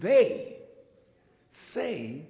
they say